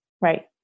Right